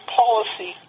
policy